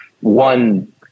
one